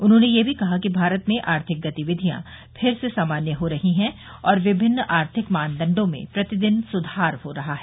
उन्होंने यह भी कहा कि भारत में आर्थिक गतिविधियां फिर से सामान्य हो रही हैं और विभिन्न आर्थिक मानदण्डों में प्रतिदिन सुधार हो रहा है